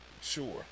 Sure